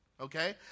Okay